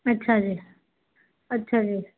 ਅੱਛਾ ਜੀ ਅੱਛਾ ਜੀ